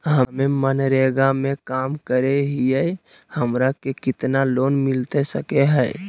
हमे मनरेगा में काम करे हियई, हमरा के कितना लोन मिलता सके हई?